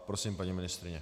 Prosím, paní ministryně.